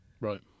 Right